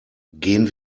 gehen